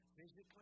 physically